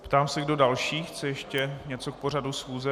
Ptám se, kdo další chce ještě něco k pořadu schůze.